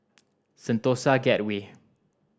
Sentosa Gateway